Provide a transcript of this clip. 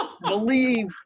believe